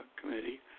committee